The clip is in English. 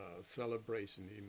celebration